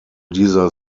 dieser